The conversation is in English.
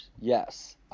yes